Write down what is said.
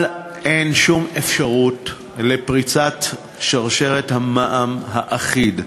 אבל אין שום אפשרות לפריצת שרשרת המע"מ האחיד.